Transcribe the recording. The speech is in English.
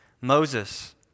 Moses